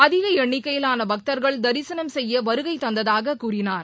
அதிக எண்ணிக்கையிலான பக்தர்கள் தரிசனம் செய்ய வருகை தந்ததாக கூறினார்